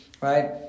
right